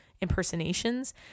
impersonations